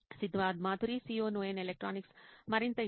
Siddharth Maturi CEO నోయిన్ electronics మరింత ఇష్టం